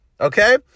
okay